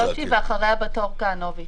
שושי, ואחריה בת אור כהנוביץ